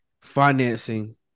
financing